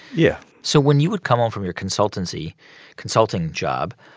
yeah so when you would come home from your consultancy consulting job,